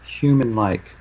human-like